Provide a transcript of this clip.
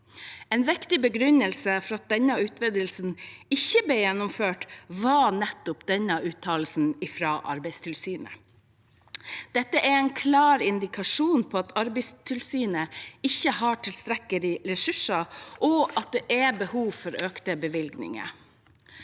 En viktig begrunnelse for at denne utvidelsen ikke ble gjennomført, var nettopp den uttalelsen fra Arbeidstilsynet. Dette er en klar indikasjon på at Arbeidstilsynet ikke har tilstrekkelige ressurser, og at det er behov for økte bevilgninger.